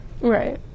right